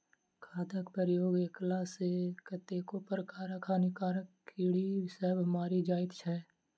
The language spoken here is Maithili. खादक प्रयोग कएला सॅ कतेको प्रकारक हानिकारक कीड़ी सभ मरि जाइत छै